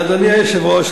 אדוני היושב-ראש,